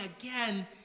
again